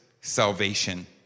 salvation